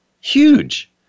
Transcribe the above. Huge